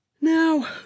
now